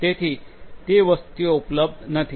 તેથી તે વસ્તુઓ ઉપલબ્ધ નથી